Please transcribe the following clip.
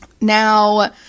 Now